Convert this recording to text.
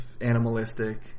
animalistic